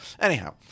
anyhow